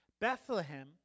Bethlehem